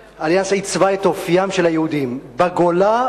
"אליאנס" עיצבה את אופיים של היהודים בגולה,